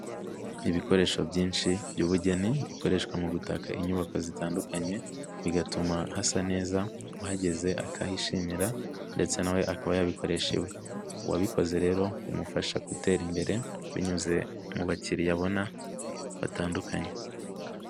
Ibikoresho byinshi by'ubugeni bikoreshwa mu gutaka inyubako zitandukanye, bigatuma hasa neza uhageze akahishimira ndetse na we akaba yabikoresha iwe. Uwabikoze rero bimufasha gutera imbere binyuze mu bakiriya abona batandukanye.